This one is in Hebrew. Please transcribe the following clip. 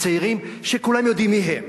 הצעירים שכולם יודעים מי הם?